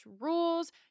rules